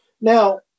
Now